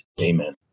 Amen